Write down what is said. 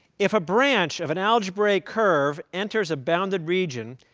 if a branch of an algebraic curve enters a bounded region,